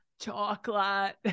chocolate